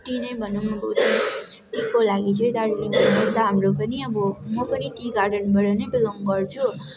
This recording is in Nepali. टी नै भनौँ अब टीको लागि चाहिँ दार्जिलिङ फेमस छ हाम्रो पनि अब म पनि टी गार्डनबाट नै बिलङ गर्छु